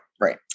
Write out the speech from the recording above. Right